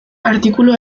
artikulu